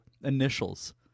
initials